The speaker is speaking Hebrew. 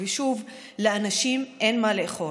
ושוב לאנשים אין מה לאכול.